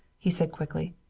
he said quickly.